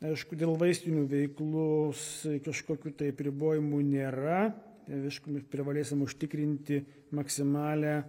aišku dėl vaistinių veiklos kažkokių tai apribojimų nėra aišku mes privalėsim užtikrinti maksimalią